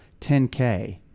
10K